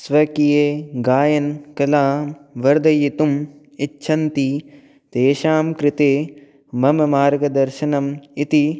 स्वकीये गायनकला वर्धयितुम् इच्छन्ति तेषां कृते मम मार्गदर्शनम् इति